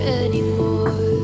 anymore